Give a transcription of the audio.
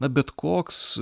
na bet koks